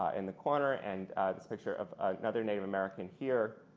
in the corner and a picture of another native-american here.